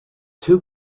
two